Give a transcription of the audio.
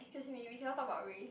excuse me we cannot talk about race